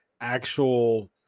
actual